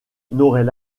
n’aurait